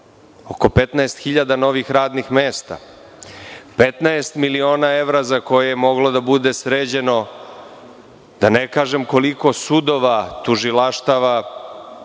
oko 15 hiljada novih radnih mesta. Petnaest miliona evra za koje je moglo da bude sređeno da ne kažem koliko sudova, tužilaštava,